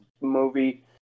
movie